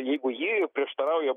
jeigu ji prieštarauja